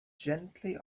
gently